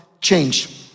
change